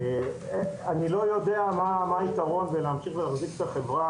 אני לא יודע מה היתרון בלהמשיך להחזיק את החברה,